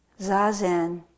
Zazen